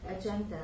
agenda